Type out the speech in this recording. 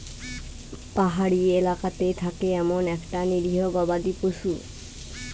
পাহাড়ি এলাকাতে থাকে এমন একটা নিরীহ গবাদি পশু